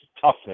toughness